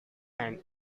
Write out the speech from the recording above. and